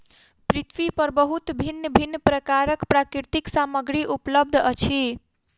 पृथ्वी पर बहुत भिन्न भिन्न प्रकारक प्राकृतिक सामग्री उपलब्ध अछि